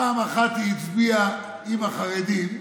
פעם אחת היא הצביעה עם החרדים,